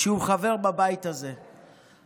שהוא חבר בבית הזה.